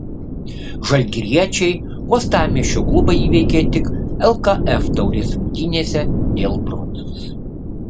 žalgiriečiai uostamiesčio klubą įveikė tik lkf taurės rungtynėse dėl bronzos